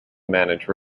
manage